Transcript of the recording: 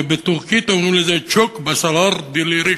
ובטורקית אומרים את זה: "צ'וק בשארילאר דילרים".